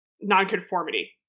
nonconformity